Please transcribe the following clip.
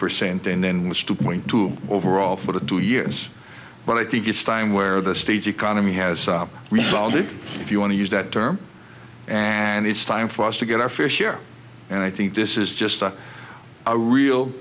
percent and then was two point two overall for the two years but i think it's time where the state's economy has rebounded if you want to use that term and it's time for us to get our fair share and i think this is just a real